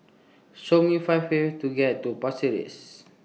Show Me five ways to get to Paris